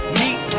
meet